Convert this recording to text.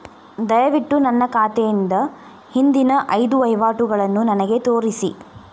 ದಯವಿಟ್ಟು ನನ್ನ ಖಾತೆಯಿಂದ ಹಿಂದಿನ ಐದು ವಹಿವಾಟುಗಳನ್ನು ನನಗೆ ತೋರಿಸಿ